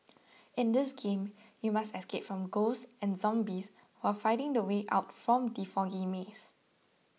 in this game you must escape from ghosts and zombies while finding the way out from the foggy maze